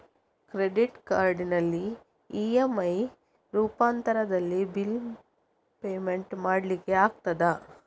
Credit ಕಾರ್ಡಿನಲ್ಲಿ EMI ರೂಪಾಂತರದಲ್ಲಿ bill payment ಮಾಡ್ಲಿಕ್ಕೆ ಆಗ್ತದ?